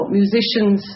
musicians